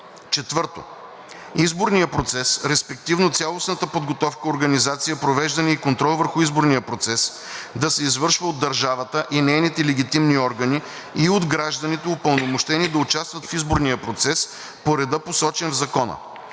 4. Изборният процес, респективно цялостната подготовка, организация, провеждане и контрол върху изборния процес, да се извършва от държавата и нейните легитимни органи и от гражданите, упълномощени да участват в изборния процес по реда посочен в Закона.